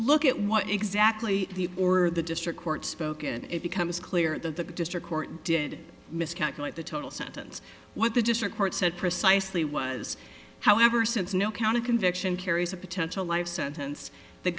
look at what exactly the or the district court spoke and it becomes clear that the district court did miscalculate the total sentence what the district court said precisely was however since no county conviction carries a potential life sentence the